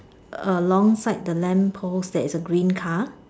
a long side the lamp post there is a green car